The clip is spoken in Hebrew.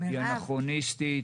היא אנכרוניסטית,